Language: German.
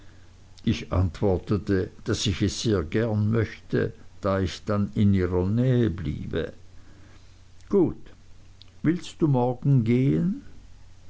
ich antwortete daß ich es sehr gerne möchte da ich dann in ihrer nähe bliebe gut willst du morgen gehen